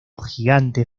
gigante